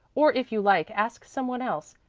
or if you like ask some one else.